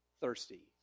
thirsty